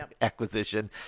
acquisition